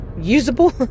usable